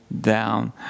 down